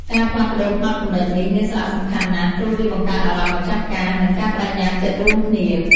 ការផ្លាស់ប្តូរផ្នត់គំនិតនេះមានសារៈសំខាន់ណាស់ ព្រោះវាបង្កើតអារម្មណ៍ម្ចាស់ការ និងការប្តេជ្ញាចិត្តរួមគ្នា។